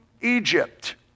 Egypt